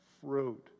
fruit